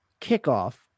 kickoff